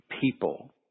people